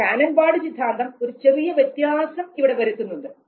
എന്നാൽ Cannon Bard സിദ്ധാന്തം ഒരു ചെറിയ വ്യത്യാസം ഇവിടെ വരുത്തുന്നുണ്ട്